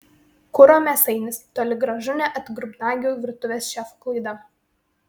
kuro mėsainis toli gražu ne atgrubnagių virtuvės šefų klaida